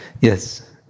Yes